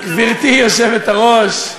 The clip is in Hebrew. גברתי היושבת-ראש,